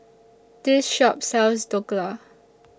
This Shop sells Dhokla